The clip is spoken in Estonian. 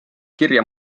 kirja